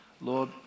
Lord